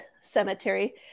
Cemetery